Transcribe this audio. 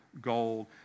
gold